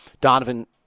Donovan